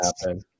happen